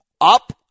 up